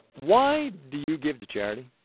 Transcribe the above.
why do you give to charity?